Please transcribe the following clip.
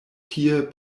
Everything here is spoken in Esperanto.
tie